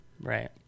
Right